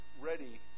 ready